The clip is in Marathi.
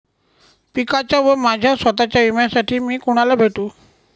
पिकाच्या व माझ्या स्वत:च्या विम्यासाठी मी कुणाला भेटू?